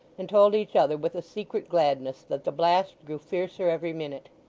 and told each other with a secret gladness that the blast grew fiercer every minute.